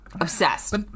Obsessed